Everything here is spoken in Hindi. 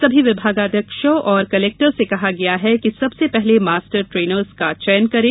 सभी विभागाध्यक्षों और कलेक्टर्स से कहा गया है कि सबसे पहले मास्टर्स ट्रेनर्स का चयन करें